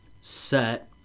set